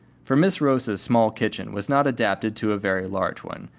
for mrs. rosa's small kitchen was not adapted to a very large one,